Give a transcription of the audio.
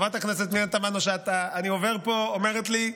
וחברת הכנסת פנינה תמנו שטה אומרת לי: